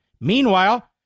Meanwhile